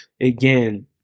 again